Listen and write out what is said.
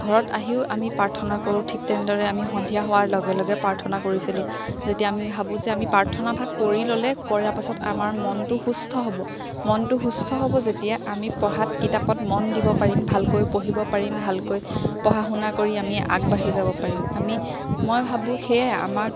ঘৰত আহিও আমি প্ৰাৰ্থনা কৰোঁ ঠিক তেনেদৰে আমি সন্ধিয়া হোৱাৰ লগে লগে আমি প্ৰাৰ্থনা কৰিছিলো যেতিয়া আমি ভাবোঁ যে আমি প্ৰাৰ্থনাভাগ কৰি ল'লে কৰাৰ পাছত আমাৰ মনটো সুস্থ হ'ব মনটো সুস্থ হ'ব যেতিয়া আমি পঢ়াত কিতাপত মন দিব পাৰিম ভালকৈ পঢ়িব পাৰিম ভালকৈ পঢ়া শুনা কৰি আমি আগবাঢ়ি যাব পাৰিম আমি মই ভাবোঁ সেয়াই আমাক